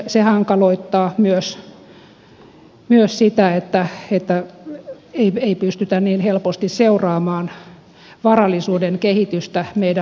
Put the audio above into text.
se hankaloittaa myös sitä että ei pystytä niin helposti seuraamaan varallisuuden kehitystä meidän maassamme